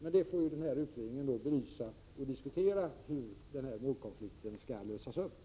Utredningen får diskutera och belysa hur denna målkonflikt skall kunna lösas.